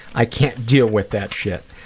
i can't deal with that shit.